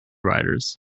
riders